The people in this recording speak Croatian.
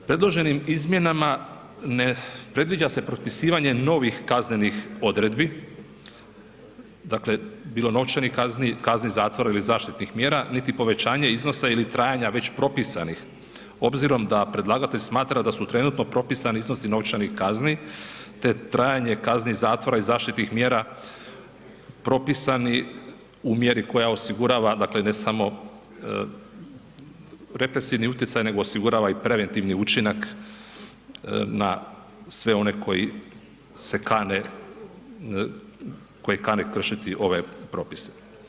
Predloženim izmjenama ne predviđa se propisivanje novih kaznenih odredbi dakle bilo novčanih kazni, kazni zatvora ili zaštitnih mjera niti povećanje iznosa ili trajanja već propisanih obzirom da predlagatelj smatra da su trenutno propisani iznosi novčani kazni te trajanje kazni zatvora i zaštitnih mjera, propisani u mjeri koja osigurava dakle ne samo represivni utjecaj nego osigurava i preventivni učinak na sve oni koji kane kršiti ovaj propis.